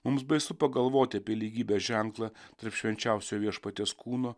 mums baisu pagalvoti apie lygybės ženklą tarp švenčiausiojo viešpaties kūno